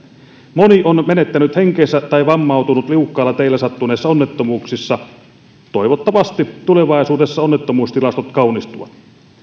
moni on menettänyt henkensä tai vammautunut liukkailla teillä sattuneissa onnettomuuksissa toivottavasti tulevaisuudessa onnettomuustilastot kaunistuvat